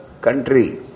country